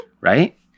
right